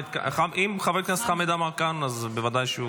אם חבר הכנסת חמד עמאר כאן, אז בוודאי.